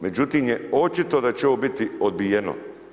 Međutim, je očito da će ovo biti odbijeno.